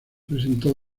presentó